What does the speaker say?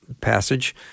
passage